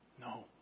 No